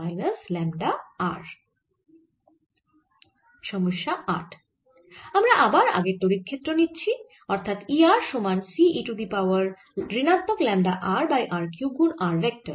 সমস্যা 8 আমরা আবার আগের তড়িৎ ক্ষেত্র নিচ্ছি অর্থাৎ E r সমান C e to the power ঋণাত্মক lambda r by r cube গুন r ভেক্টর